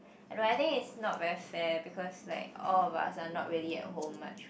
no I think it's not very fair because like all of us are not really at home much